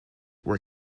were